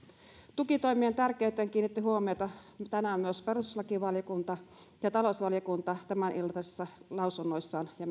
tukitoimien tärkeyteen kiinnitti huomiota tänään myös perustuslakivaliokunta ja talousvaliokunta tämän iltaisissa lausunnoissaan ja